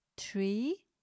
three